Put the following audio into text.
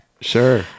Sure